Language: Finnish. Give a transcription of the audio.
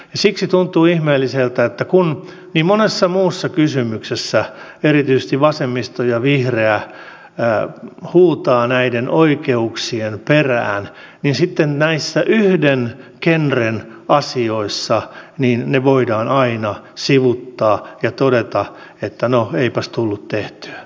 siksi tuntuu ihmeelliseltä että kun niin monessa muussa kysymyksessä erityisesti vasemmisto ja vihreät huutavat näiden oikeuksien perään niin sitten näissä yhden genren asioissa ne voidaan aina sivuuttaa ja todeta että no eipäs tullut tehtyä